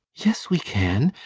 yes, we can.